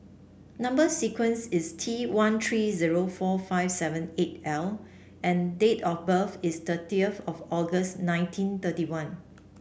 number sequence is T one three zero four five seven eight L and date of birth is thirty of August nineteen thirty one